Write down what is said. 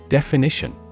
Definition